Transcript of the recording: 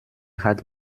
hat